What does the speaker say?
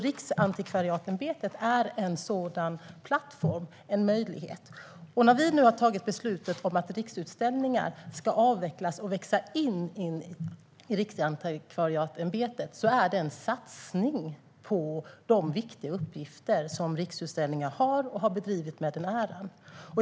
Riksantikvarieämbetet är en sådan plattform, en möjlighet. Vårt beslut att Riksutställningar ska avvecklas och växa in i Riksantikvarieämbetet är en satsning på de viktiga uppgifter som Riksutställningar har och har utfört med den äran.